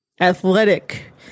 athletic